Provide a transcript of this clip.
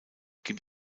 gibt